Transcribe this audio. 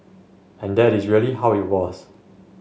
and that is really how it was